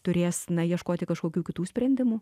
turės ieškoti kažkokių kitų sprendimų